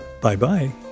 Bye-bye